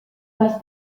les